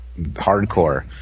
hardcore